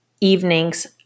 evenings